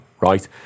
right